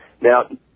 Now